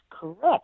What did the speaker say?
correct